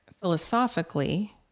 philosophically